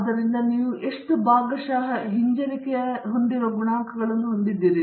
ಆದ್ದರಿಂದ ನೀವು ಎಷ್ಟು ಭಾಗಶಃ ಹಿಂಜರಿಕೆಯನ್ನು ಹೊಂದಿರುವ ಗುಣಾಂಕಗಳನ್ನು ಹೊಂದಿದ್ದೀರಿ